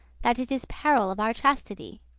that it is peril of our chastity.